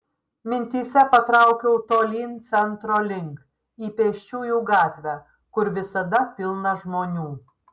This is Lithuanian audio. mintyse patraukiau tolyn centro link į pėsčiųjų gatvę kur visada pilna žmonių